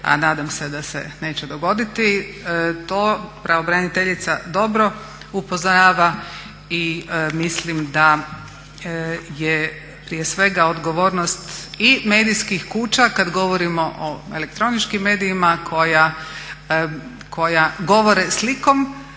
a nadam se da se neće dogoditi. To pravobraniteljica dobro upozorava i mislim da je prije svega odgovornost i medijskih kuća kad govorimo o elektroničkim medijima koja govore slikom